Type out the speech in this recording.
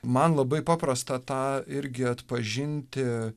man labai paprasta tą irgi atpažinti